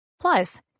Plus